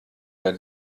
der